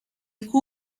who